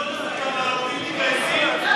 שוויון זכויות.